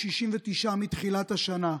69 מתחילת השנה.